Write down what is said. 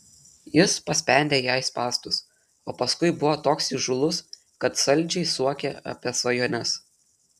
jis paspendė jai spąstus o paskui buvo toks įžūlus kad saldžiai suokė apie svajones